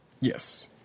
Yes